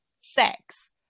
sex